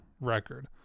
record